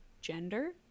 gender